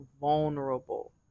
vulnerable